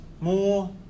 more